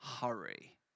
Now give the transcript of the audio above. hurry